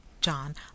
John